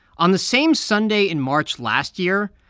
on the same sunday in march last year,